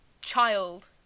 child